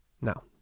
Now